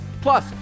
Plus